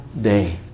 day